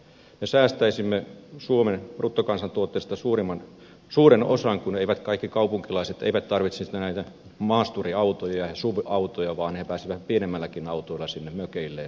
me säästäisimme suomen bruttokansantuotteesta suuren osan kun kaikki kaupunkilaiset eivät tarvitsisi näitä maasturiautoja ja suv autoja vaan he pääsisivät pienemmilläkin autoilla sinne mökeilleen hyvin turvallisesti